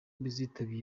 bizatanga